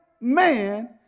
man